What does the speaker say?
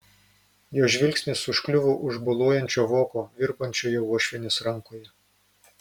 jo žvilgsnis užkliuvo už boluojančio voko virpančioje uošvienės rankoje